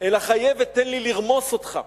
אלא חיה ותן לי לרמוס אותך,